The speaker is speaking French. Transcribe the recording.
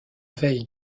veille